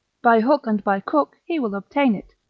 by hook and by crook he will obtain it,